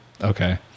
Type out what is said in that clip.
okay